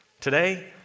today